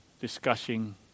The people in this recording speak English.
Discussing